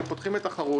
אם פותחים לתחרות,